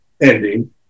ending